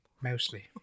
Mostly